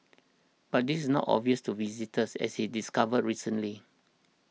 but this not obvious to visitors as he discovered recently